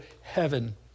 heaven